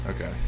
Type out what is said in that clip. Okay